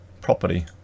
property